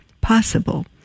possible